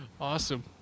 Awesome